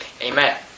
Amen